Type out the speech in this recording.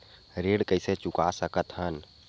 ऋण कइसे चुका सकत हन?